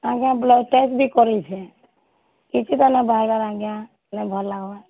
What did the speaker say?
ଆଜ୍ଞା blood test ଭି କରିଛେଁ କିଛି ତ ନାଇଁ ବାହାରିବାର୍ ଆଜ୍ଞା ନାଇଁ ଭଲ୍ ଲାଗ୍ବାର୍